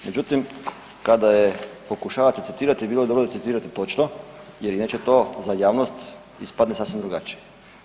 Međutim, kada je pokušavate citirati bilo bi dobro citirati točno jer inače to za javnost ispadne sasvim drugačije.